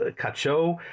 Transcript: Cacho